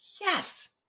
Yes